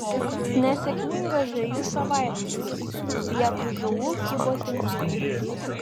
nesėkmingas žvejų savaitgalis vietoj žuvų kibo tinklai